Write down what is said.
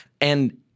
And-